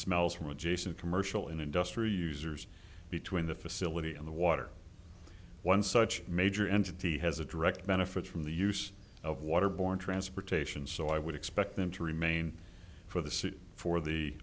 smells from adjacent commercial and industrial users between the facility and the water one such major entity has a direct benefit from the use of waterborne transportation so i would expect them to remain for the city for the